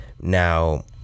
Now